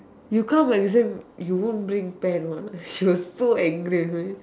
you come for exam you won't bring pen one ah she was so angry with me